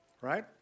right